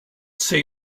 say